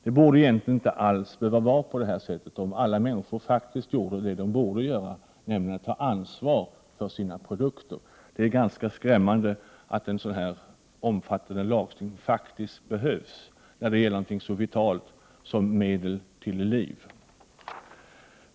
Det borde egentligen inte alls vara på det sättet om alla människor gjorde det de borde göra, nämligen ta ansvar för sina produkter. Det är ganska skrämmande att en sådan här omfattande lagstiftning faktiskt behövs om något så vitalt som medel till liv.